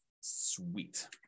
Sweet